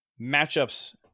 matchups